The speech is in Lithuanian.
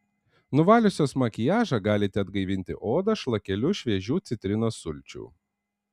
nuvaliusios makiažą galite atgaivinti odą šlakeliu šviežių citrinos sulčių